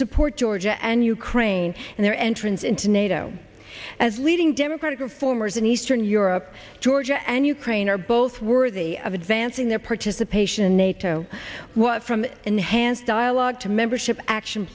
support georgia and ukraine and their entrance into nato as leading democratic reform are is in eastern europe georgia and ukraine are both worthy of advancing their participation nato what from enhanced dialogue to membership action